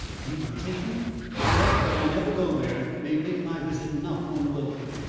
you will take me the fact that i never go there may make my visit not unwelcome.